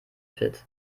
pit